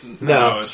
No